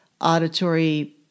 auditory